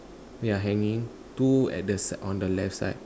yeah hanging two at the side on the left side